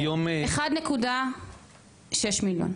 כ-1.6 מיליון.